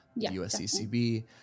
USCCB